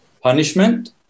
Punishment